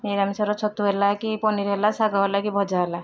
ନିରାମିଷର ଛତୁ ହେଲା କି ପନିର ହେଲା ଶାଗ ହେଲା କି ଭଜା ହେଲା